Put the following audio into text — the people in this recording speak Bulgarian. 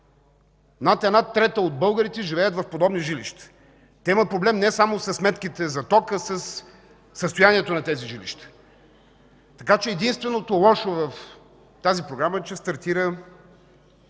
Над една трета от българите живеят в подобни жилища. Те имат проблем не само със сметките за ток, а със състоянието на тези жилища, така че единственото лошо в тази програма е, че стартира